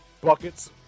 buckets